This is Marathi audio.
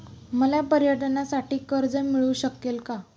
मला पर्यटनासाठी कर्ज मिळू शकेल का?